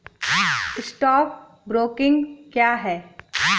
Stock broking क्या है?